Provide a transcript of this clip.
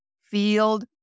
field